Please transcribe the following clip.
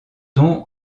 don